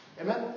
Amen